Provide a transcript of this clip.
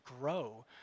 grow